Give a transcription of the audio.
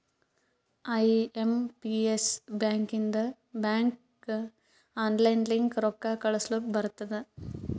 I M P S ಬ್ಯಾಕಿಂದ ಬ್ಯಾಂಕ್ಗ online ಲಿಂತ ರೊಕ್ಕಾ ಕಳೂಸ್ಲಕ್ ಬರ್ತುದ್